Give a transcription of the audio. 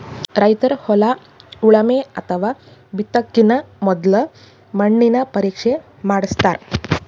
ರೈತರ್ ಹೊಲ ಉಳಮೆ ಅಥವಾ ಬಿತ್ತಕಿನ ಮೊದ್ಲ ಮಣ್ಣಿನ ಪರೀಕ್ಷೆ ಮಾಡಸ್ತಾರ್